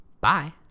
Bye